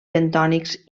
bentònics